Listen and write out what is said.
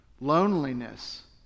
loneliness